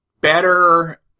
better